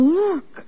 look